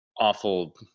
awful